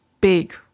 big